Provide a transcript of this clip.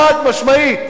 חד-משמעית.